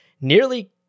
nearly